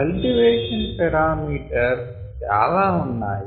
cultivation parameters చాలా ఉన్నాయి